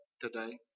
today